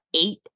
eight